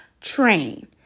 train